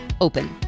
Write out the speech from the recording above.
open